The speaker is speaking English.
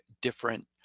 different